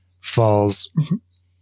falls